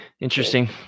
Interesting